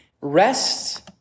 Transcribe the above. rests